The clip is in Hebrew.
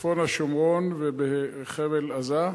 בצפון השומרון ובחבל-עזה,